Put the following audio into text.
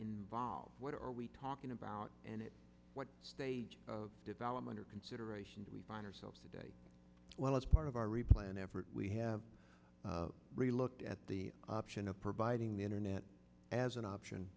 involve what are we talking about and what stage of development are considerations we find ourselves today well as part of our replan effort we have really looked at the option of providing the internet as an option